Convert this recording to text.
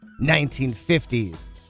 1950s